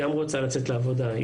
היא גם צריכה לצאת לתורנות,